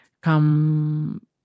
Come